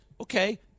Okay